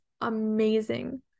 amazing